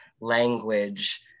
language